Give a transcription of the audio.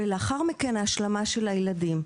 ולאחר מכן ההשלמה של הילדים.